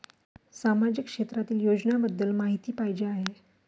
सामाजिक क्षेत्रातील योजनाबद्दल माहिती पाहिजे आहे?